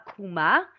Akuma